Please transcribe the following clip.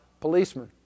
policemen